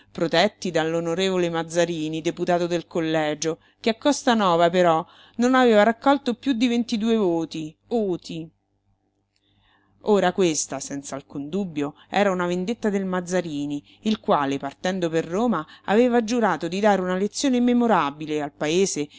protetti dall'on mazzarini deputato del collegio che a costanova però non aveva raccolto piú di ventidue voti oti ora questa senz'alcun dubbio era una vendetta del mazzarini il quale partendo per roma aveva giurato di dare una lezione memorabile al paese